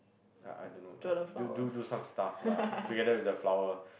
ya I don't know uh do do do some stuff lah together with the flower